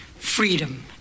freedom